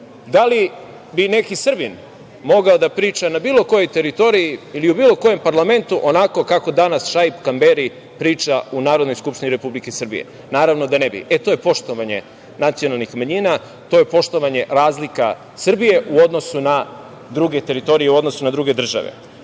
da li bi neki Srbin mogao da priča na bilo kojoj teritoriji ili u bilo kojem parlamentu onako kako danas Šaip Kamberi priča u Narodnoj skupštini Republike Srbije? Naravno da ne bi. To je poštovanje nacionalnih manjina, to je poštovanje razlika Srbije u odnosu na druge teritorije, u odnosu na druge